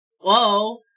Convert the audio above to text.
whoa